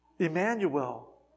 Emmanuel